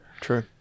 true